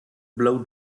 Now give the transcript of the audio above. blow